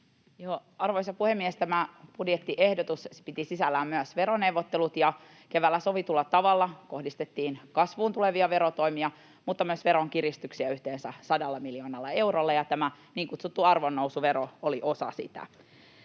Arvoisa puhemies! Tämä budjettiehdotus piti sisällään myös veroneuvottelut, ja keväällä sovitulla tavalla kohdistettiin kasvuun tulevia verotoimia mutta myös veronkiristyksiä yhteensä 100 miljoonalla eurolla, ja tämä niin kutsuttu arvonnousuvero oli osa sitä.